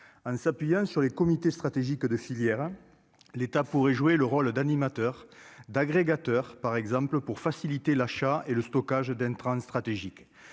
en s'appuyant sur les comités stratégiques de filière, l'État pourrait jouer le rôle d'animateur d'agrégateur par exemple pour faciliter l'achat et le stockage d'un train stratégique